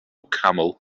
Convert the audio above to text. camel